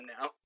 now